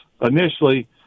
initially